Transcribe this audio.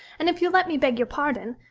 and if you'll let me beg your pardon.